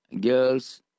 girls